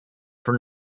for